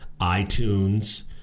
iTunes